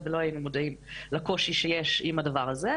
ולא היינו מודעים לקושי שיש עם הדבר הזה.